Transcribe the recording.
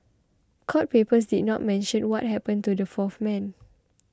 court papers did not mention what happened to the fourth man